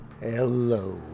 hello